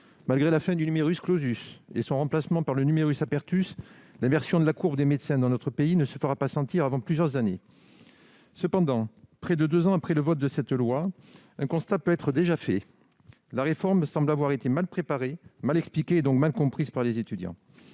malgré la fin du et son remplacement par le, l'inversion de la courbe des médecins dans notre pays ne se fera pas sentir avant plusieurs années. Cependant, près de deux ans après le vote de cette loi, un constat peut déjà être fait : la réforme semble avoir été mal préparée, mal expliquée, et donc mal comprise par les étudiants.